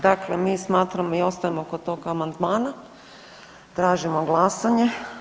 Dakle, mi smatramo i ostajemo kod tog amandmana, tražimo glasanje.